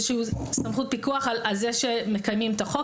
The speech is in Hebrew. סמכות פיקוח על זה שמקיימים את החוק.